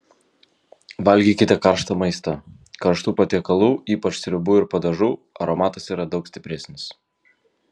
valgykite karštą maistą karštų patiekalų ypač sriubų ir padažų aromatas yra daug stipresnis